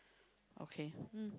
okay mm